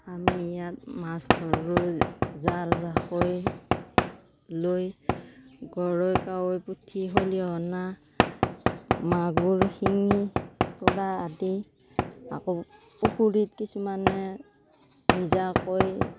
আমি ইয়াত মাছ ধৰোঁ জাল জাকৈ লৈ গৰৈ কাৱৈ পুঠি খলিহনা মাগুৰ শিঙি টুৰা আদি আকৌ পুখুৰীত কিছুমানে নিজাকৈ